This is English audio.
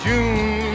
June